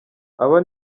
aba